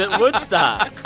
and woodstock?